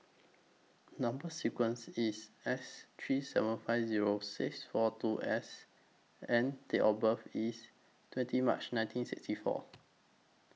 Number sequence IS S three seven five Zero six four two S and Date of birth IS twenty March nineteen sixty four